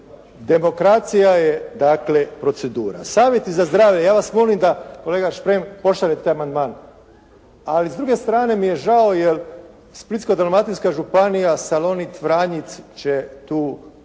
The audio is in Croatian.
Demokracija je dakle procedura. Savjeti za zdravlje, ja vas molim da kolega Šprem pošaljete amandman. Ali s druge strane mi je žao jer Splitsko-dalmatinska županija Salonit, Vranjic će to loše proći.